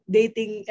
dating